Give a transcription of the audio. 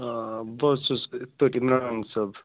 آ بہٕ حظ چھُس یِتھٕ پٲٹھۍ اِمران صٲب